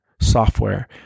software